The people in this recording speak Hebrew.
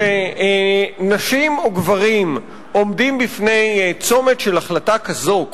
אבל לא בגיל 17. כשנשים או גברים עומדים בפני צומת של החלטה כזאת,